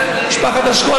משפחת השכול,